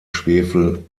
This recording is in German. schwefel